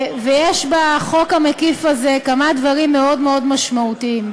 ויש בחוק המקיף הזה כמה דברים מאוד מאוד משמעותיים.